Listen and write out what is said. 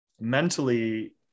mentally